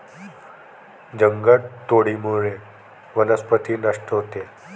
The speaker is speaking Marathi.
जंगलतोडीमुळे वनस्पती नष्ट होते